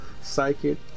psychic